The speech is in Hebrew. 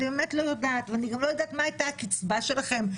ואני גם לא יודעת מה הייתה הקצבה שלכם,